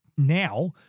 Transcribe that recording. now